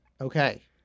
Okay